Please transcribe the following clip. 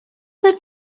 that